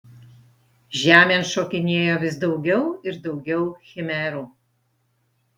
žemėn šokinėjo vis daugiau ir daugiau chimerų